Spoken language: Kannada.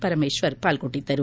ಪರಮೇಶ್ವರ್ ಪಾಲ್ಗೊಂಡಿದ್ದರು